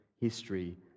history